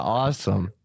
awesome